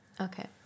Okay